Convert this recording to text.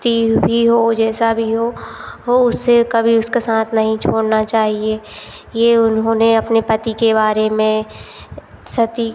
व्यक्ति भी हो जैसा भी हो उससे कभी उसका साथ नहीं छोड़ना चाहिए यह उन्होंने अपने पति के बारे में सती